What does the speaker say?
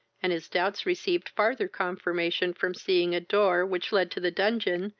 and his doubts received farther confirmation from seeing a door, which led to the dungeon,